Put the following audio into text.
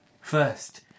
First